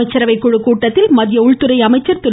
அமைச்சரவை குழுக் கூட்டத்தில் மத்திய உள்துறை அமைச்சர் திரு